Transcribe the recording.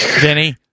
Vinny